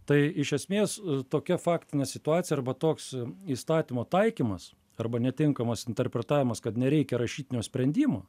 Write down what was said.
tai iš esmės tokia faktinė situacija arba toks įstatymo taikymas arba netinkamas interpretavimas kad nereikia rašytinio sprendimo